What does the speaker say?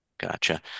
Gotcha